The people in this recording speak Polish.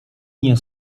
nie